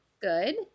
good